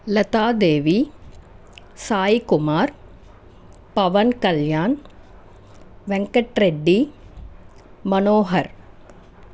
Latadevi Saikumar Pawan Kalyan Venkatreddy Manohar